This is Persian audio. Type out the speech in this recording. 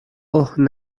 اوه